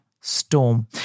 Storm